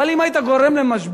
אבל אם היית גורם למשבר,